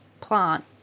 plant